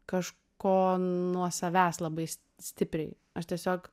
kažko nuo savęs labai stipriai aš tiesiog